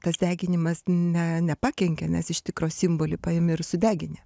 tas deginimas ne nepakenkia nes iš tikro simbolį paimi ir sudegini